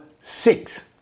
six